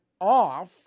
off